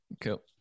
Cool